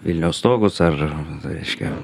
vilniaus stogus ar reiškia